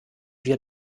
wir